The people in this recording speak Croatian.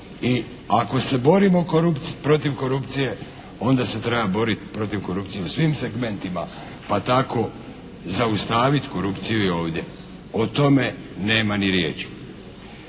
i ako se borimo protiv korupcije onda se treba boriti protiv korupcije u svim segmentima pa tako zaustaviti korupciju i ovdje. O tome nema ni riječi.